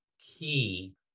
key